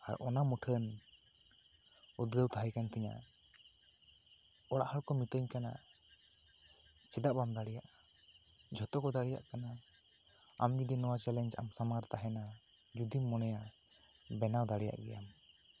ᱚᱱᱟ ᱢᱩᱴᱷᱟᱹᱱ ᱩᱫᱽᱜᱟᱹᱣ ᱛᱟᱦᱮᱸ ᱠᱟᱱ ᱛᱤᱧᱟ ᱚᱲᱟᱜ ᱦᱚᱲ ᱠᱚ ᱢᱮᱛᱟᱹᱧ ᱠᱟᱱᱟ ᱪᱮᱫᱟᱜ ᱵᱟᱢ ᱫᱟᱲᱮᱭᱟᱜᱼᱟ ᱡᱚᱛᱚ ᱠᱚ ᱫᱟᱲᱮᱭᱟᱜ ᱠᱟᱱᱟ ᱟᱢ ᱡᱚᱫᱤ ᱱᱚᱣᱟ ᱪᱮᱞᱮᱱᱡᱽ ᱟᱢ ᱥᱟᱢᱟᱝ ᱨᱮ ᱛᱟᱦᱮᱸᱱᱟ ᱡᱩᱫᱤ ᱢᱚᱢᱱᱮᱭᱟ ᱵᱮᱱᱟᱣ ᱫᱟᱲᱮᱭᱟᱜ ᱜᱮᱭᱟᱢ